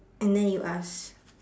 and then you ask